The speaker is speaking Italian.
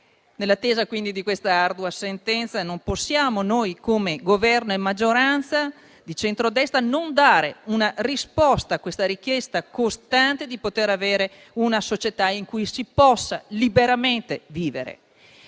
Nell'attesa di questa ardua sentenza, non possiamo noi, come Governo e maggioranza di centrodestra, non dare una risposta a questa richiesta costante di poter avere una società in cui si possa liberamente vivere.